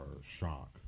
shock